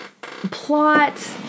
plot